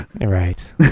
right